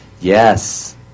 yes